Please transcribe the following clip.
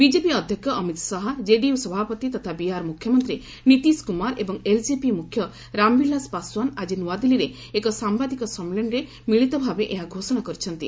BJP ଅଧ୍ୟକ୍ଷ Amit Shah JDU ସଭାପତି ତଥା ବିହାର ମୁଖ୍ୟମନ୍ତ୍ରୀ ନୀତିଶ କୁମାର ଏବଂ ଏଲ୍ଜେପି ମୁଖ୍ୟ ରାମବିଳାସ ପାଶ୍ୱାନ ଆଜି ନୂଆଦିଲ୍ଲୀରେ ଏକ ସାମ୍ବାଦିକ ସମ୍ମିଳନୀରେ ମିଳିତ ଭାବେ ଏହା ଘୋଷଣା କରିଛନ୍ତି